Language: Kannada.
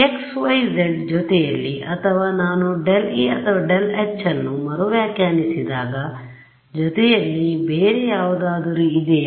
xˆ yˆ zˆ ಜೊತೆಯಲ್ಲಿ ಅಥವಾ ನಾನು ∇e ಅಥವಾ ∇hಅನ್ನು ಮರು ವ್ಯಾಖ್ಯಾನಿಸಿದಾಗ ಜೊತೆಯಲ್ಲಿ ಬೇರೆ ಯಾವುದಾದರೂ ಇದೆಯಾ